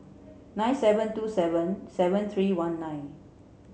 nine seven two seven seven three one nine